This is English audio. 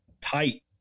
tight